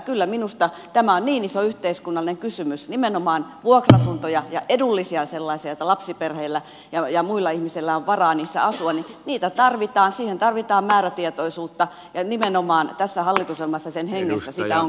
kyllä minusta tämä on niin iso yhteiskunnallinen kysymys nimenomaan vuokra asuntoja ja edullisia sellaisia että lapsiperheillä ja muilla ihmisillä on varaa niissä asua tarvitaan että tarvitaan määrätietoisuutta ja nimenomaan tässä hallitusohjelmassa sen hengessä sitä on kyllä korostettu